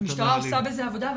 המשטרה עשתה בזה עבודה,